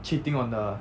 cheating on the